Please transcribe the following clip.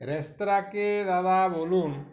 রেস্তারাঁকে দাদা বলুন